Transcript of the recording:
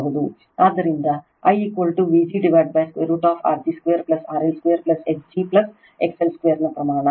ಆದ್ದರಿಂದ IVg√R g 2 RL2 x g XL2 ನ ಪ್ರಮಾಣ